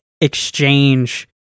exchange